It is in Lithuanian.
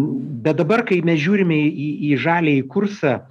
bet dabar kai mes žiūrime į į žaliąjį kursą